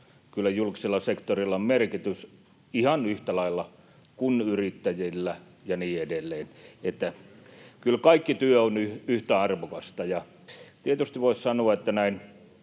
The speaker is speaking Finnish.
Kyllä julkisella sektorilla on merkitys ihan yhtä lailla kuin yrittäjillä ja niin edelleen. Kyllä kaikki työ on yhtä arvokasta. Tietysti voisi sanoa, että